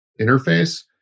interface